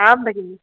आं भगिनि